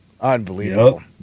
Unbelievable